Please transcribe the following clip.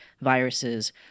viruses